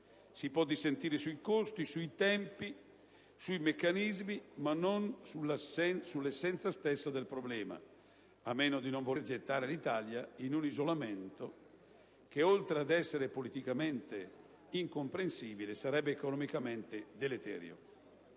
Si può dissentire sui costi, sui tempi, sui meccanismi, ma non sull'essenza stessa del problema, a meno di non voler gettare l'Italia in un isolamento che, oltre ad essere politicamente incomprensibile, sarebbe economicamente deleterio.